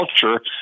culture